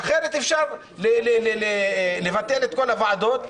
אחרת אפשר לבטל את כל הוועדות,